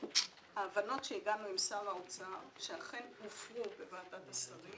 ההבנות שהגענו עם שר האוצר שאכן הופרו בוועדת השרים